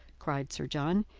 cried sir john.